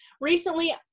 Recently